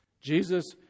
Jesus